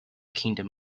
kingdom